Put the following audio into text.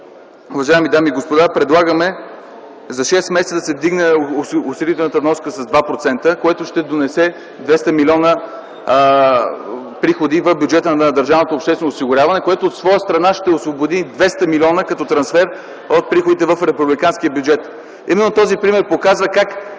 уважаеми дами и господа, предлагаме за шест месеца да се вдигне осигурителната вноска с 2%, което ще донесе 200 милиона приходи в бюджета на държавното обществено осигуряване, което от своя страна ще освободи 200 милиона като трансфер от приходите в републиканския бюджет. Именно този пример показва как